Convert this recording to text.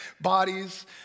bodies